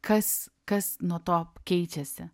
kas kas nuo to keičiasi